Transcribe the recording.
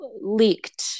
leaked